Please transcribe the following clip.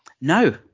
No